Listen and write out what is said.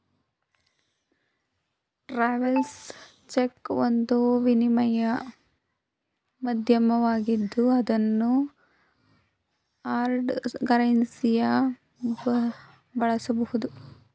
travels cheque ಒಂದು ವಿನಿಮಯ ಮಾಧ್ಯಮವಾಗಿದ್ದು ಅದನ್ನು ಹಾರ್ಡ್ ಕರೆನ್ಸಿಯ ಬಳಸಬಹುದು